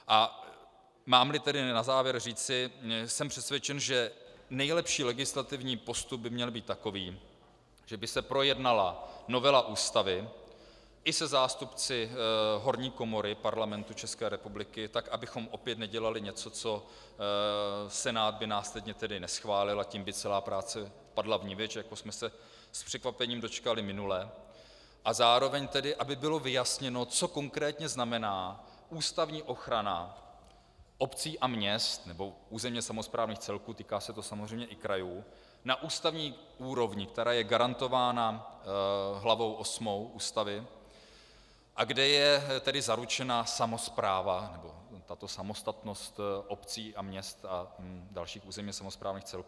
Mámli na závěr říci, jsem přesvědčen, že nejlepší legislativní postup by měl být takový, že by se projednala novela Ústavy i se zástupci horní komory Parlamentu České republiky, tak abychom opět nedělali něco, co by Senát následně neschválil, a tím by celá práce padla vniveč, jako jsme se s překvapením dočkali minule, a zároveň aby bylo vyjasněno, co konkrétně znamená ústavní ochrana obcí a měst nebo územně samosprávných celků týká se to samozřejmě i krajů na ústavní úrovni, která je garantována hlavou osmou Ústavy, a kde je tedy zaručena samospráva, tato samostatnost obcí a měst a dalších územně samosprávných celků.